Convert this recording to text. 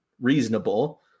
reasonable